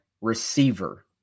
receiver